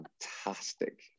fantastic